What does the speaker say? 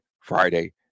Friday